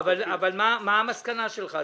אבל מה המסקנה שלך?